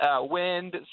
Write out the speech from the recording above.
wind